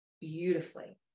beautifully